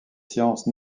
sciences